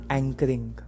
anchoring